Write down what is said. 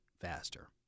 faster